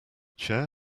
chair